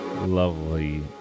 Lovely